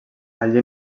allí